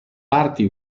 parti